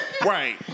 Right